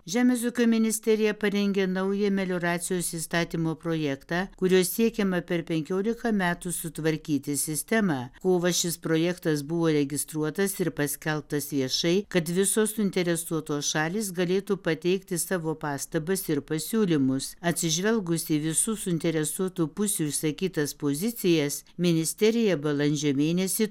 žemės ūkio ministerija parengė naują melioracijos įstatymo projektą kuriuo siekiama per penkiolika metų sutvarkyti sistemą kovą šis projektas buvo registruotas ir paskelbtas viešai kad visos suinteresuotos šalys galėtų pateikti savo pastabas ir pasiūlymus atsižvelgus į visų suinteresuotų pusių išsakytas pozicijas ministerija balandžio mėnesį